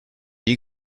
you